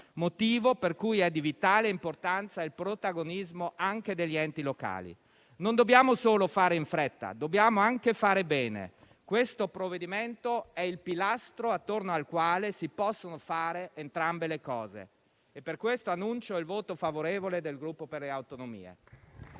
motivo per cui è di vitale importanza il protagonismo anche degli enti locali. Non dobbiamo solo fare in fretta; dobbiamo anche fare bene. Questo provvedimento è il pilastro attorno al quale si possono fare entrambe le cose. Per questo, annuncio il voto favorevole del Gruppo Per le Autonomie.